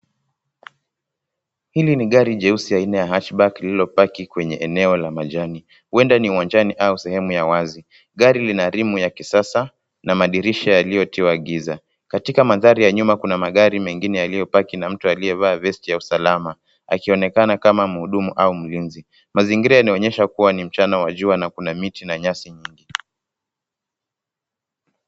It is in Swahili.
Hili ni gari jeusi aina ya Hashback lililopaki kwenye eneo la majani. Huenda ni uwanjani au sehemu ya wazi. Gari lina rimu ya kisasa na madirisha yaliyotiwa giza. Katika mandhari ya nyuma kuna magari mengine yaliyopaki na mtu aliyevaa vesti ya usalama. Akionekana kama mhudumu au mlinzi. Mazingira yanaonyesha kuwa ni mchana wa jua na kuna miti na nyasi nyingi.